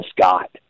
Scott